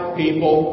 people